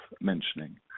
mentioning